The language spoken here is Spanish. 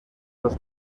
los